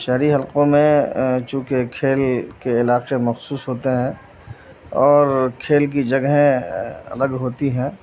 شہری حلقوں میں چونکہ کھیل کے علاقے مخصوص ہوتے ہیں اور کھیل کی جگہیں الگ ہوتی ہیں